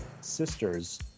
sisters